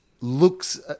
looks